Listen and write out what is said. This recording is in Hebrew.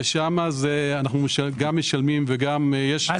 ושם אנחנו גם משלמים - כל